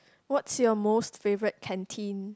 what's your most favourite canteen